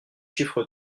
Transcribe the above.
chiffres